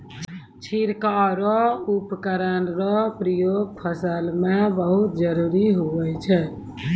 छिड़काव रो उपकरण रो प्रयोग फसल मे बहुत जरुरी हुवै छै